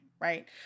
Right